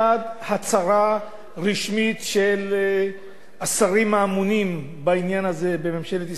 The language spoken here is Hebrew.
הצהרה רשמית של השרים האמונים בעניין הזה בממשלת ישראל הנוכחית,